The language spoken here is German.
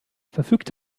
verfügt